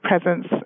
presence